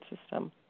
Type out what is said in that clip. system